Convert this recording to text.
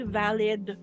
valid